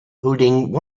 holding